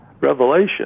Revelation